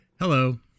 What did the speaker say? Hello